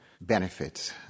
benefits